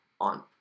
on